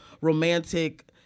romantic